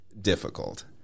difficult